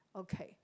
okay